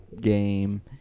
game